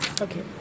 Okay